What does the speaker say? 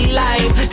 life